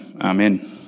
amen